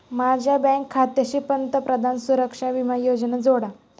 माझ्या बँक खात्याशी पंतप्रधान सुरक्षा विमा योजना जोडा